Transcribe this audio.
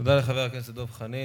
תודה לחבר הכנסת דב חנין.